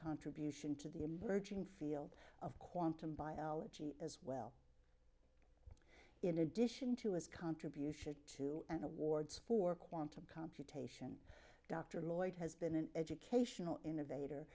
contribution to the emerging field of quantum biology as well in addition to his contribution to an awards for quantum computation dr lloyd has been an educational innovator